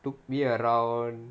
took me around